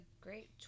great